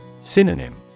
Synonym